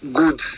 good